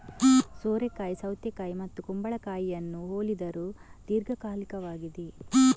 ಸೋರೆಕಾಯಿ ಸೌತೆಕಾಯಿ ಮತ್ತು ಕುಂಬಳಕಾಯಿಯನ್ನು ಹೋಲಿದರೂ ದೀರ್ಘಕಾಲಿಕವಾಗಿದೆ